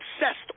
obsessed